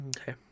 Okay